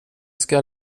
ska